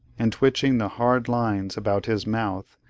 and twitching the hard lines about his mouth,